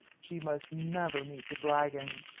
she must never meet the dragon,